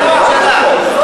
שרון גל, אין לך רשות דיבור.